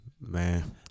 man